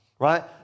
Right